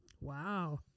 Wow